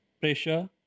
pressure